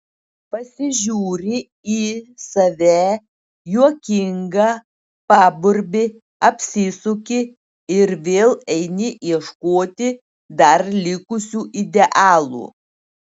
pasižiūri į save juokinga paburbi apsisuki ir vėl eini ieškoti dar likusių idealų